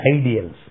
ideals